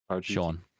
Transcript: Sean